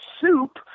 soup